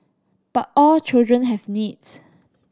but all children have needs